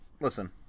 listen